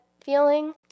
feeling